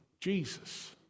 Jesus